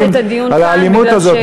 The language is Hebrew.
אבל אנחנו לא נפתח את הדיון כאן כי תם הזמן.